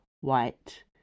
white